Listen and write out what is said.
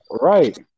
Right